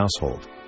household